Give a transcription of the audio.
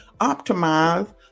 optimize